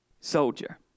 soldier